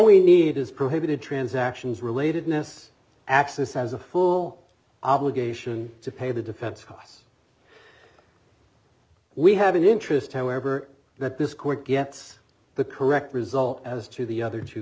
we need is prohibited transactions relatedness access has a full obligation to pay the defense costs we have an interest however that this court gets the correct result as to the other two